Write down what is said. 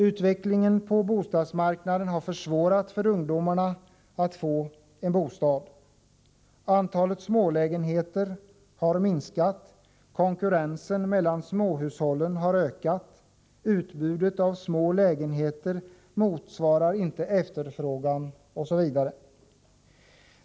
Utvecklingen på bostadsmarknaden har försvårat för ungdomarna att få en bostad. Antalet smålägenheter har minskat. Konkurrensen mellan småhushållen har ökat. Utbudet av små lägenheter motsvarar inte efterfrågan osv.